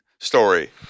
Story